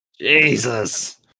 Jesus